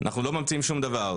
אנחנו לא ממציאים שום דבר.